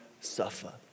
suffer